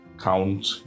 count